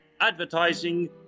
advertising